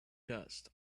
dust